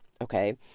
okay